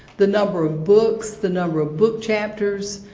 the number of books, the number of book chapters